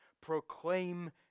proclaim